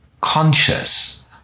conscious